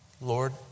Lord